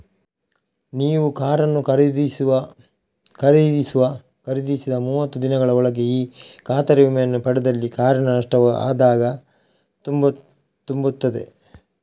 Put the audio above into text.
ನೀವು ಕಾರನ್ನು ಖರೀದಿಸಿದ ಮೂವತ್ತು ದಿನಗಳ ಒಳಗೆ ಈ ಖಾತರಿ ವಿಮೆಯನ್ನ ಪಡೆದಲ್ಲಿ ಕಾರಿನ ನಷ್ಟ ಆದಾಗ ತುಂಬುತ್ತದೆ